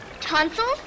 Tonsils